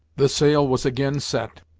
the sail was again set,